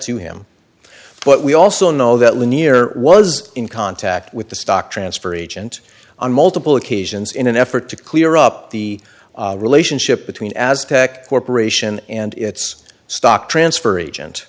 to him but we also know that lanier was in contact with the stock transfer agent on multiple occasions in an effort to clear up the relationship between aztec corporation and its stock transfer agent